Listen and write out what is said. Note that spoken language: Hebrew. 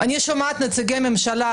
אני שומעת את נציגי הממשלה,